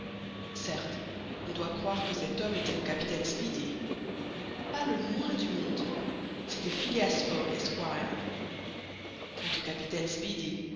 certes on doit croire que cet homme était le capitaine speedy pas le moins du monde c'était phileas fogg esq quant au capitaine speedy